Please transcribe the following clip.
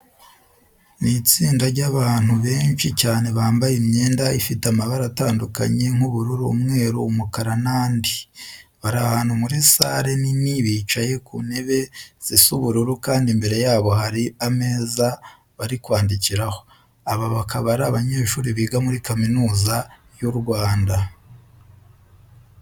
Ni itsinda ry'abandu benshi cyane bambaye imyenda ifite amabara atandukanye nk'ubururu, umweru, umukara n'andi. Bari ahantu muri sale nini, bicaye ku ntebe zisa ubururu kandi imbere yabo hari ameza bari kwandikiraho. Aba bakaba ari abanyeshuri biga muri Kaminuza y'u Rwanda.